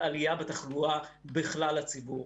עלייה בתחלואה בכלל הציבור.